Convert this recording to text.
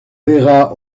verra